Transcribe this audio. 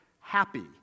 happy